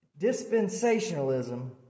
dispensationalism